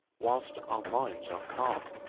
whilst our minds are calm.